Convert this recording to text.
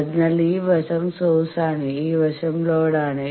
അതിനാൽ ഈ വശം സോഴ്സ് ആണ് ഈ വശം ലോഡ് ആണ്